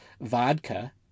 vodka